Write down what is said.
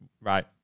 Right